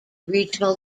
regional